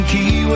Key